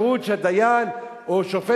גם אחרי גיל 70 שנה יש אפשרות שדיין ושופט